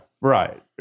Right